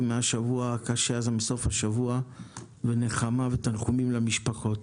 מסוף השבוע הקשה הזה ונחמה ותנחומים למשפחות.